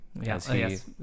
Yes